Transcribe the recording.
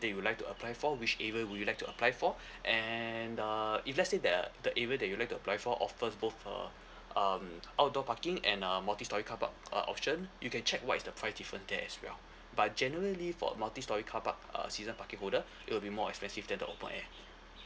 that you would like to apply for which area would you like to apply for and uh if let's say the the area that you would like to apply for offers both err um outdoor parking and uh multi storey carpark uh option you can check what is the price difference there as well but generally for a multi storey carpark uh season parking holder it'll be more expensive than the open air